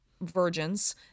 virgins